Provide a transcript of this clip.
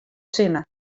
sinne